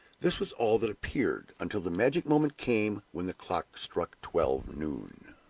this was all that appeared, until the magic moment came when the clock struck twelve noon.